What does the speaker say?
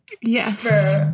Yes